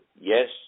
yes